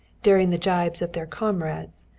daring the gibes of their comrades,